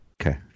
Okay